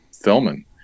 filming